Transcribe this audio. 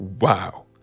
Wow